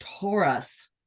Taurus